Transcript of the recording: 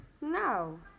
No